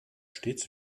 stets